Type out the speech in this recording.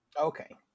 okay